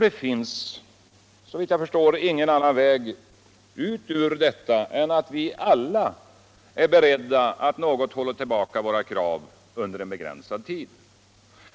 Det finns, såvit jug förstår, ingen annan väg ut ur detta än att vi alla under en begränsad tid är beredda att hålla tillbaka våra krav.